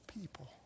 people